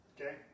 Okay